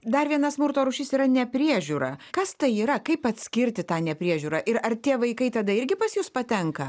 dar viena smurto rūšis yra nepriežiūra kas tai yra kaip atskirti tą nepriežiūrą ir ar tie vaikai tada irgi pas jus patenka